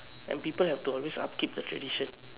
and people have to always upkeep the tradition